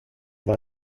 war